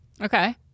Okay